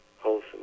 wholesome